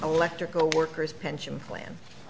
electrical workers pension plan